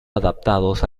adaptados